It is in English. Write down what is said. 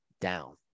down